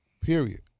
Period